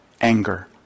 anger